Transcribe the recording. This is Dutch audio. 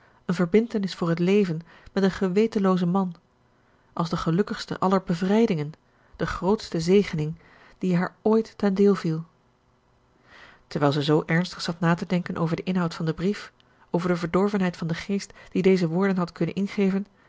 eene verbintenis voor het leven met een gewetenloozen man als de gelukkigste aller bevrijdingen de grootste zegening die haar ooit ten deel viel terwijl zij zoo ernstig zat na te denken over den inhoud van den brief over de verdorvenheid van den geest die deze woorden had kunnen ingeven